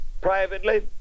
privately